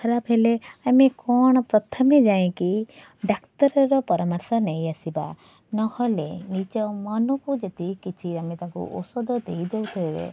ଖରାପ ହେଲେ ଆମେ କ'ଣ ପ୍ରଥମେ ଯାଇକି ଡାକ୍ତରର ପରାମର୍ଶ ନେଇ ଆସିବା ନହେଲେ ନିଜ ମନକୁ ଯଦି କିଛି ଆମେ ତାଙ୍କୁ ଔଷଧ ଦେଇ ଦେଉଥିବେ